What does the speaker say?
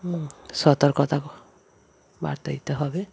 হুম সতর্কতা বার্তা দিতে হবে